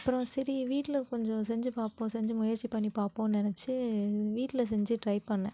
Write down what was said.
அப்புறோம் சரி வீட்டில் கொஞ்சம் செஞ்சு பார்ப்போம் செஞ்சு முயற்சி பண்ணி பார்ப்போம்னு நினச்சி வீட்டில் செஞ்சு ட்ரை பண்ணேன்